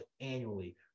annually